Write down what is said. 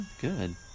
good